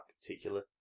particular